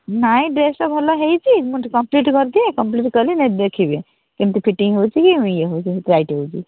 ନାହିଁ ଡ୍ରେସ୍ଟା ଭଲ ହୋଇଛି ମୁଁ ଟିକେ କମ୍ପ୍ଲିଟ୍ କରିଦିଏ କମ୍ପ୍ଲିଟ୍ କଲେ ନେଇ ଦେଖିବେ କେମିତି ଫିଟିଂ ହେଉଛି କି ଇଏ ହେଉଛି ଟାଇଟ୍ ହେଉଛି